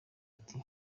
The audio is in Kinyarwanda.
ati